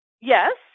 Yes